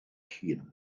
hun